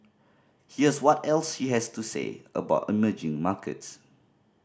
here's what else she has to say about emerging markets